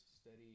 steady